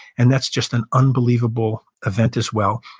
and that's just an unbelievable event as well.